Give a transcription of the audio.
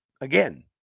again